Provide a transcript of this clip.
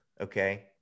okay